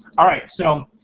alright, so,